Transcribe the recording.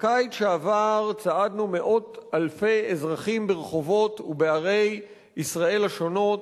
בקיץ שעבר צעדנו מאות אלפי אזרחים ברחובות ובערי ישראל השונות,